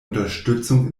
unterstützung